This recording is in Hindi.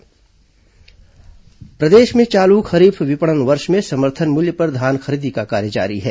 धान खरीदी प्रदेश में चालू खरीफ विपणन वर्ष में समर्थन मूल्य पर धान खरीदी का कार्य जारी है